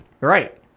Right